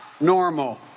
normal